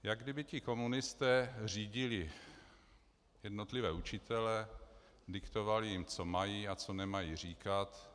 Jako kdyby ti komunisté řídili jednotlivé učitele, diktovali jim, co mají a co nemají říkat.